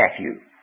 Matthew